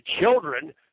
children